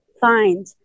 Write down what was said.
find